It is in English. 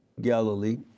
Galilee